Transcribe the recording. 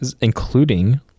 Including